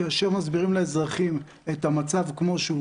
כאשר מסבירים לאזרחים את המצב כמו שהוא,